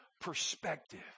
perspective